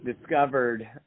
discovered